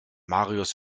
marius